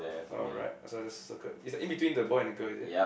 alright so I just circle it's a in between the boy and the girl is it